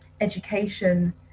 education